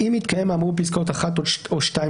אם מתקיים האמור בפסקאות (1) או (2)